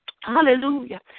Hallelujah